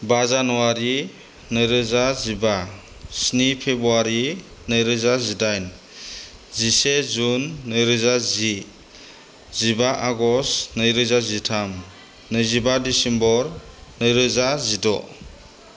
बा जानुवारि नैरोजा जिबा स्नि फेब्रुवारि नैरोजा जिडाइन जिसे जुन नैरोजा जि जिबा आगस्ट' नैरोजा जिथाम नैजिबा डिसेम्बर नैरोजा जिद'